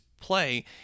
play